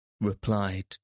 replied